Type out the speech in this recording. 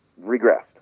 regressed